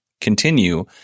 continue